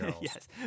yes